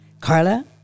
Carla